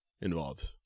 involved